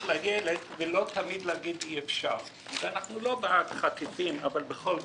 לילד ולא תמיד להגיד שאי אפשר." אנחנו לא בעד חטיפים אבל בכל זאת,